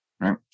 Right